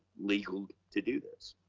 legal to do this?